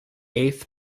eighth